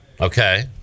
Okay